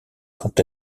quand